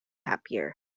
happier